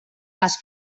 les